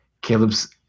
Caleb's